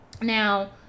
now